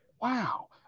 Wow